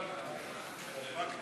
לא קל